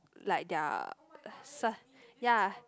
like their sa~ ya